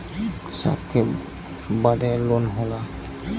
सबके बदे लोन होला